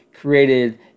created